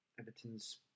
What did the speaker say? Everton's